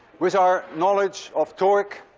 with our knowledge of torque.